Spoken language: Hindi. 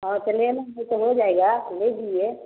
हाँ तो ले लेंगे तो हो जाएगा तो लीजिए